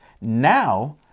Now